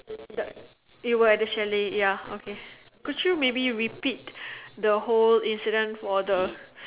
the they were at the chalet ya okay could you maybe repeat the whole incident for the